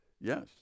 Yes